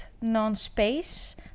non-space